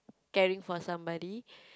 caring for somebody